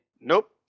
Nope